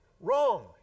wrong